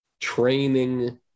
training